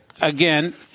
again